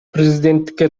президенттикке